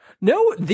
No